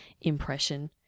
impression